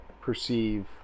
perceive